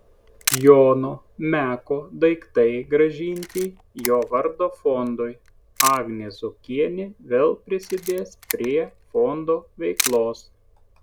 jono meko daiktai grąžinti jo vardo fondui agnė zuokienė vėl prisidės prie fondo veiklos